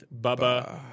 Bubba